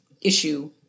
issue